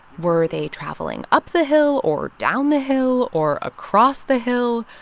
were they traveling up the hill or down the hill or across the hill?